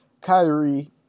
Kyrie